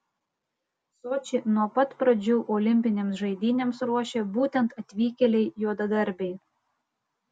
sočį nuo pat pradžių olimpinėms žaidynėms ruošė būtent atvykėliai juodadarbiai